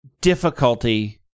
difficulty